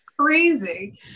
crazy